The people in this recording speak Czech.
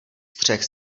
střech